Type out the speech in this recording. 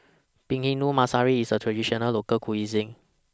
Bhindi Masala IS A Traditional Local Cuisine